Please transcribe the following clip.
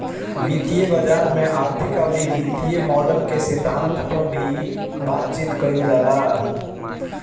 वित्तीय बाजार में आर्थिक अउरी वित्तीय मॉडल के सिद्धांत पअ भी बातचीत कईल जाला